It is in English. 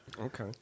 Okay